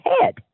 head